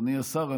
אדוני השר,